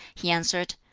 he answered,